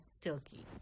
Turkey